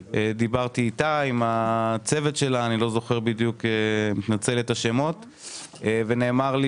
דיברתי איתה ועם הצוות שלה אני לא זוכר שמות - ונאמר לי